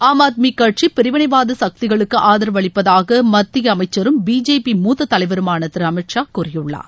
ஆம் ஆத்மி கட்சி பிரிவினைவாத சக்திகளுக்கு ஆதரவளிப்பதாக மத்திய அமைச்சரும் பிஜேபி மூத்த தலைவருமான திரு அமித்ஷா கூறியுள்ளார்